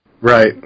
Right